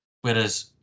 Whereas